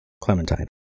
Clementine